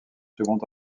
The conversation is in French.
second